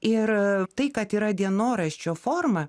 ir tai kad yra dienoraščio forma